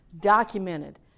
documented